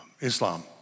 Islam